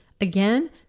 Again